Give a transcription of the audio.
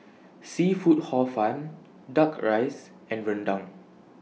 Seafood Hor Fun Duck Rice and Rendang